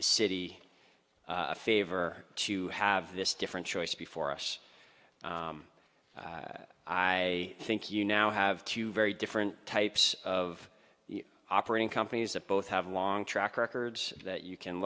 the city a favor to have this different choice before us i think you now have two very different types of operating companies that both have long track records that you can